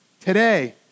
Today